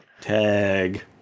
tag